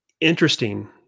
interesting